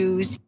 Use